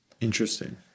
Interesting